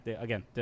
again